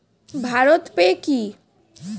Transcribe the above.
Bharat pay কি?